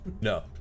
No